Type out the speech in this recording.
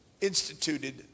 instituted